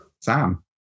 Sam